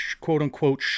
quote-unquote